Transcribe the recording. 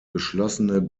geschlossene